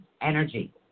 energy